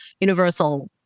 universal